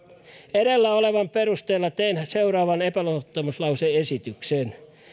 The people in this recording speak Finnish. edellä olevan perusteella teen seuraavan epäluottamuslause esityksen